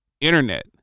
internet